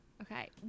Okay